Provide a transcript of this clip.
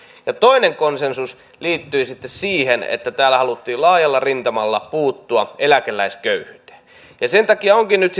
toinen konsensus liittyi siihen että täällä haluttiin laajalla rintamalla puuttua eläkeläisköyhyyteen sen takia onkin nyt